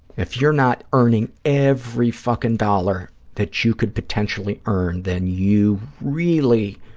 if you're not earning every fucking dollar that you could potentially earn, then you really